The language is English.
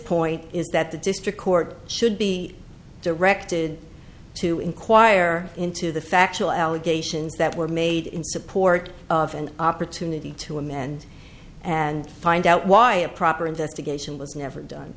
point is that the district court should be directed to inquire into the factual allegations that were made in support of an opportunity to amend and find out why a proper investigation was never